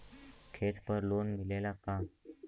खेत पर लोन मिलेला का?